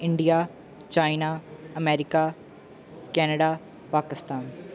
India China America Canada Pakistan